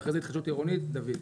והשני, התחדשות עירונית, דוד.